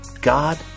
God